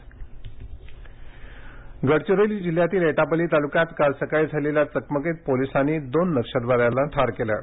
नक्षलवादी ठार गडचिरोली गडचिरोली जिल्ह्यातील एटापल्ली तालुक्यात काल सकाळी झालेल्या चकमकीत पोलिसांनी दोन नक्षलवाद्यांना ठार केलं आहे